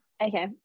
okay